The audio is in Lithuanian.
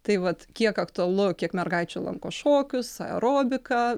tai vat kiek aktualu kiek mergaičių lanko šokius aerobiką